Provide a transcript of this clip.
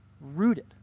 rooted